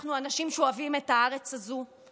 אנחנו אנשים שאוהבים את הארץ הזו,